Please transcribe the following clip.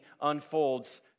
unfolds